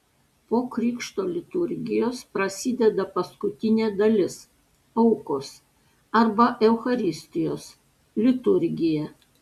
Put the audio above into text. po krikšto liturgijos prasideda paskutinė dalis aukos arba eucharistijos liturgija